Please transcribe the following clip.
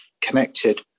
connected